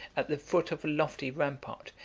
at the foot of a lofty rampart,